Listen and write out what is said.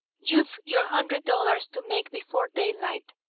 you've your hundred dollars to make before daylight,